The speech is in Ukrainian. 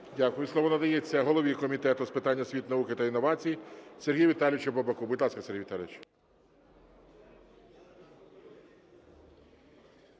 Дякую. Слово надається голові Комітету з питань освіти, науки та інновацій Сергію Віталійовичу Бабаку. Будь ласка, Сергій Віталійович.